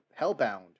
Hellbound